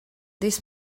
this